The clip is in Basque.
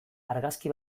argazki